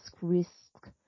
risk